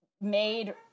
made